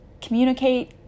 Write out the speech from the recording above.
communicate